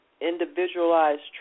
individualized